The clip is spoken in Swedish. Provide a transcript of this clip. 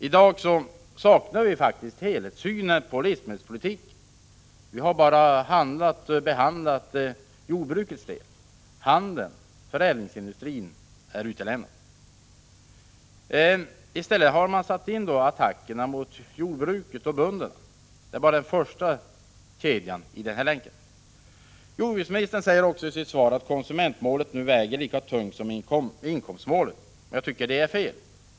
I dag saknar vi faktiskt en helhetssyn på livsmedelspolitiken. Vi har behandlat endast jordbrukets del. Handeln och förädlingsindustrin är utelämnade. I stället har man satt in attackerna mot jordbruket och bönderna. Men det är bara första kedjan i länken. Jordbruksministern säger också i sitt svar att konsumentmålet nu väger lika tungt som inkomstmålet. Jag tycker det är fel.